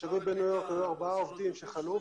בשגרירות בניו יורק היו ארבעה שחלו,